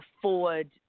afford